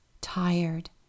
tired